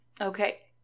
Okay